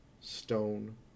Stone